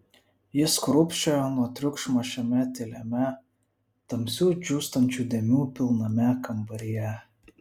jis krūpčiojo nuo triukšmo šiame tyliame tamsių džiūstančių dėmių pilname kambaryje